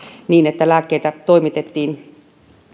niin että lääkkeitä toimitettiin